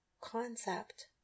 concept